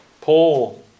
Paul